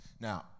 now